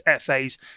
FAs